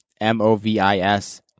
M-O-V-I-S